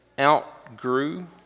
outgrew